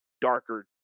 darker